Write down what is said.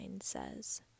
says